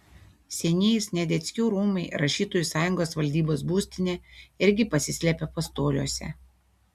senieji sniadeckių rūmai rašytojų sąjungos valdybos būstinė irgi pasislėpė pastoliuose